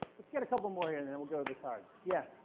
let's get a couple more in and then we'll go to the cards. yeah?